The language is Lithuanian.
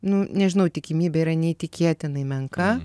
nu nežinau tikimybė yra neįtikėtinai menka